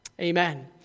Amen